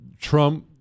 Trump